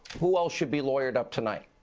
who all should be lawyered up tonight?